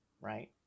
Right